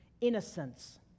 innocence